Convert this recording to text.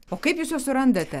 o kaip jūs juos surandate